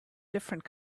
different